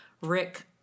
Rick